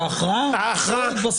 שההכרעה לא התבססה על עילת הסבירות.